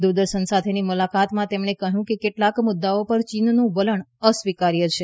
દૂરદર્શન સાથેની મુલાકાતમાં તેમણે કહ્યું છે કે કેટલાક મુદ્દાઓ ઉપર ચીનનું વલણ અસ્વીકાર્ય છે